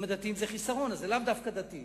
אם הדתיים זה חיסרון, אז זה לאו דווקא דתיים.